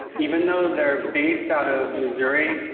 even though they're based out of missouri,